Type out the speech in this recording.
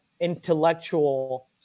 intellectual